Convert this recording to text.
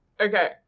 Okay